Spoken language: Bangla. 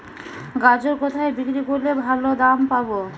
গাজর কোথায় বিক্রি করলে ভালো দাম পাব?